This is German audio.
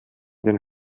den